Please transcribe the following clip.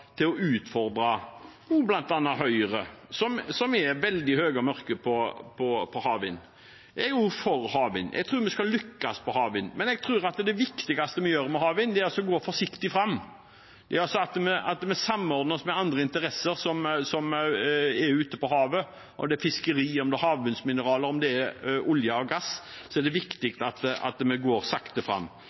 utfordre også Høyre, som er veldig høye og mørke på havvind. Jeg er også for havvind. Jeg tror vi skal lykkes med havvind, men jeg tror at det viktigste vi gjør med havvind, er å gå forsiktig fram. Det er at vi samordner oss med andre interesser ute på havet. Om det er fiskeriene, det er havbunnsmineraler, eller det er olje og gass, er det viktig at vi går sakte fram.